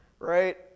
right